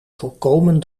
voorkomen